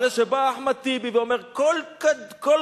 אחרי שבא אחמד טיבי ואמר: "כל קול